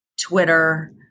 Twitter